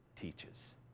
teaches